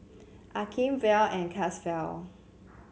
Akeem Verl and Caswell